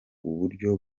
uburyo